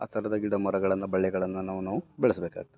ಆ ಥರದ ಗಿಡ ಮರಗಳನ್ನು ಬಳ್ಳಿಗಳನ್ನು ನಾವು ನಾವು ಬೆಳೆಸ್ಬೇಕಾಗ್ತದೆ